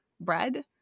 bread